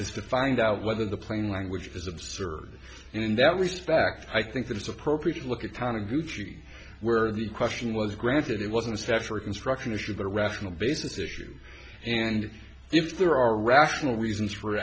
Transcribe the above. is to find out whether the plain language is absurd in that respect i think that it's appropriate to look at taniguchi where the question was granted it wasn't a staffer construction issue but a rational basis issue and if there are rational reasons for